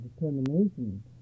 determination